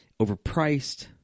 overpriced